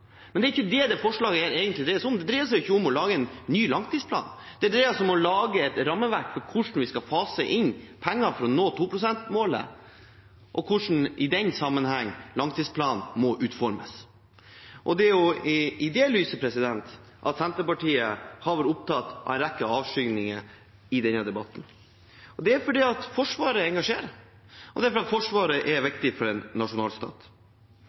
Men det er ikke det dette forslaget egentlig dreier seg om. Det dreier seg ikke om å lage en ny langtidsplan. Det dreier seg om å lage et rammeverk for hvordan vi skal fase inn penger for å nå 2-prosentmålet, og hvordan langtidsplanen må utformes i den sammenheng. Det er i det lyset Senterpartiet har vært opptatt av en rekke avskygninger i denne debatten. Det er fordi Forsvaret engasjerer, og fordi Forsvaret er viktig for en